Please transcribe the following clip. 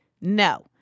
No